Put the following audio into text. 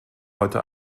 heute